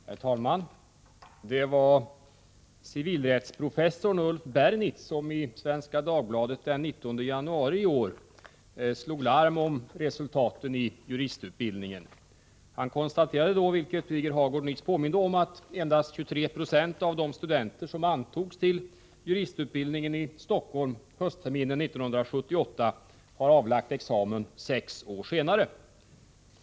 Herr talman! Det var civilrättsprofessorn Ulf Bernitz som i Svenska Dagbladet den 19 januari i år slog larm om resultaten i juristutbildningen. Han konstaterade, vilket Birger Hagård nyss påminde om, att endast 23 96 av de studenter som antogs till juristutbildningen i Stockholm höstterminen 1978 hade avlagt examen sex och ett halvt år senare.